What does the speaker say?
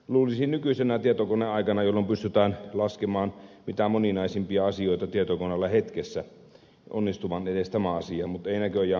luulisi nykyisenä tietokoneaikana jolloin pystytään laskemaan mitä moninaisimpia asioita tietokoneella hetkessä onnistuvan edes tämä asia mutta ei näköjään onnistu